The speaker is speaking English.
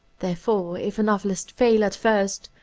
therefore, if a novelist fail at first,